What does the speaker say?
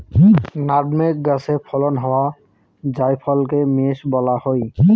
nutmeg গাছে ফলন হওয়া জায়ফলকে মেস বলা হই